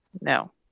No